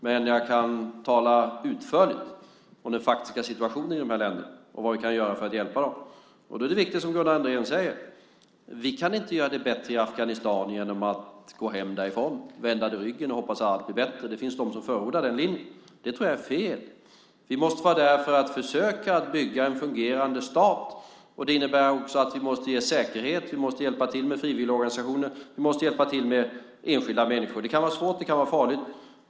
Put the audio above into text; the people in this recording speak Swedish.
Men jag kan tala utförligt om den faktiska situationen i de här länderna och vad vi kan göra för att hjälpa dem. Då är det viktigt, som Gunnar Andrén säger, att vi inte kan göra det bättre i Afghanistan genom att gå hem därifrån, vända det ryggen och hoppas att allt blir bättre. Det finns de som förordar den linjen. Det tror jag är fel. Vi måste vara där för att försöka att bygga en fungerande stat. Det innebär att vi måste ge säkerhet. Vi måste hjälpa till med frivilligorganisationer. Vi måste hjälpa till med enskilda människor. Det kan vara svårt. Det kan vara farligt.